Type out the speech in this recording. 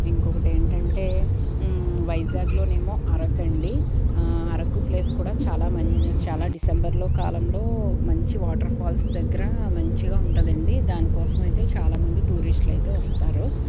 ఇంకొకటి ఏంటంటే వైజాగ్లోనేమో అరకండి అరకు ప్లేస్ కూడా చాలా మంచి చాలా డిసెంబర్లో కాలంలో మంచి వాటర్ ఫాల్స్ దగ్గర మంచిగా ఉంటుందండీ దానికోసమైతే చాలామంది టూరిస్ట్ అయితే వస్తారు